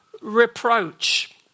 reproach